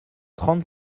trente